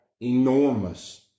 enormous